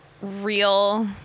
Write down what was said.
real